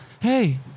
Hey